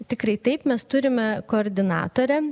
tikrai taip mes turime koordinatorę